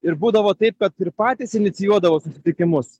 ir būdavo taip kad ir patys inicijuodavo susitikimus